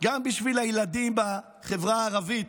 גם בשביל הילדים בחברה הערבית,